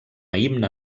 himne